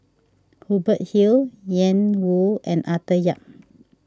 Hubert Hill Ian Woo and Arthur Yap